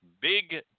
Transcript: Big